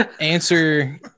answer